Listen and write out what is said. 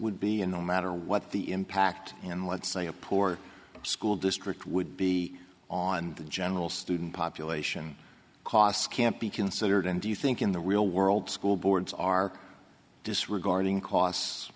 would be in the matter what the impact and let's say a poor school district would be on the general student population cost can't be considered and do you think in the real world school boards are disregarding cos